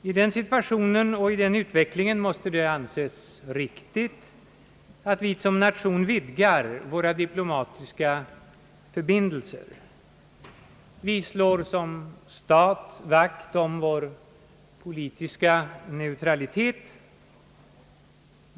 I den situationen och med den utvecklingen måste det anses riktigt att vi som nation vidgar våra diplomatiska förbindelser. Vi slår som stat vakt om vår politiska neutralitet.